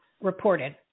reported